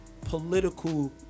political